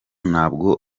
ntabwo